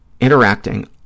interacting